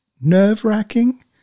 Nerve-wracking